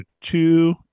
two